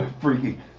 Freaky